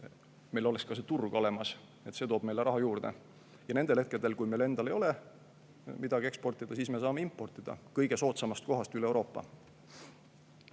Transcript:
meil oleks ka see turg olemas, sest see toob meile raha juurde. Aga nendel hetkedel, kui meil endal ei ole midagi eksportida, me saame importida kõige soodsamast kohast üle Euroopa.